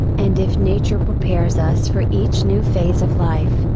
and if nature prepares us for each new phase of life,